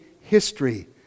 history